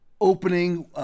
opening